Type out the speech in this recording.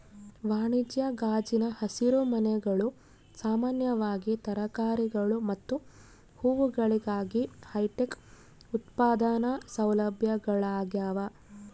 ವಾಣಿಜ್ಯ ಗಾಜಿನ ಹಸಿರುಮನೆಗಳು ಸಾಮಾನ್ಯವಾಗಿ ತರಕಾರಿಗಳು ಮತ್ತು ಹೂವುಗಳಿಗಾಗಿ ಹೈಟೆಕ್ ಉತ್ಪಾದನಾ ಸೌಲಭ್ಯಗಳಾಗ್ಯವ